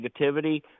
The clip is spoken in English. negativity